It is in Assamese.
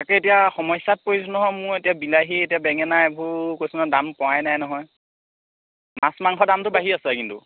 তাকে এতিয়া সমস্যাত পৰিছোঁ নহয় মোৰ এতিয়া বিলাহী এতিয়া বেঙেনা এইবোৰ কৈছোঁ নহয় দাম পোৱাই নাই নহয় মাছ মাংসৰ দামটো বাঢ়ি আছে কিন্তু